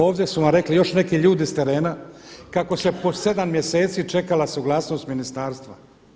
Ovdje su vam rekli još neki ljudi sa terena kako se po 7 mjeseci čekala suglasnost ministarstva.